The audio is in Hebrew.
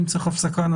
אם צריך הפסקה,